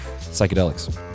psychedelics